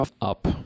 up